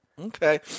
Okay